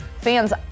Fans